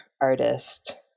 artist